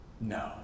no